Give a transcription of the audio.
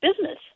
business